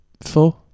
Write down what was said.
four